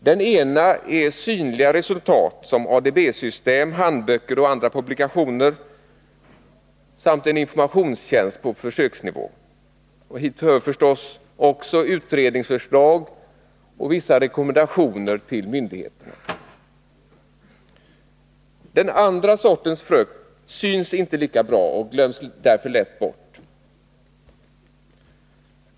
Den ena är synliga resultat som ADB-system, handböcker och andra publikationer samt en informationstjänst på försöksnivå. Hit hör förstås också utredningsförslag och vissa rekommendationer till myndigheterna. Den andra sortens frukt syns inte lika bra och glöms därför lätt bort.